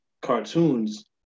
cartoons